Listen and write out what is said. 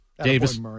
Davis